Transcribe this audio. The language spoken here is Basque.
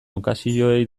ukazioei